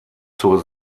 zur